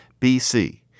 BC